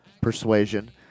persuasion